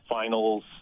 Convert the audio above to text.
Finals